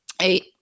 eight